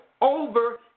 over